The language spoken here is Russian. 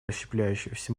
расщепляющегося